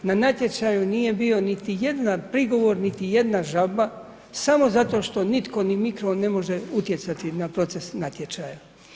Na natječaju nije bio niti jedan prigovor niti jedna žalba, samo zato što nitko ... ne može utjecati na proces natječaja.